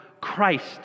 Christ